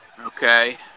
Okay